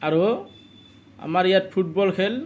আৰু আমাৰ ইয়াত ফুটবল খেল